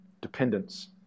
Dependence